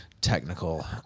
technical